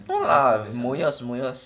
no lah moyes moyes